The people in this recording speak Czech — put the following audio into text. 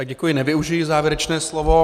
Děkuji, nevyužiji závěrečné slovo.